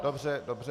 Dobře, dobře.